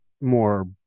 more